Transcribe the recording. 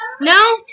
No